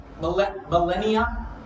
millennia